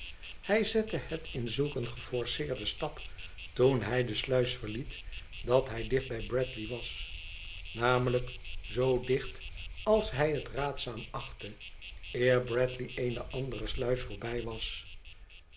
hij zette het in zulk een geforceerden stap toen hij de sluis verliet dat hij dicht bij bradley was namelijk zoo dicht als hij het raadzaam achtte eer bradley eene andere sluis voorbij was